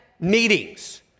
meetings